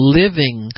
living